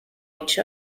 each